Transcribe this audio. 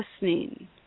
listening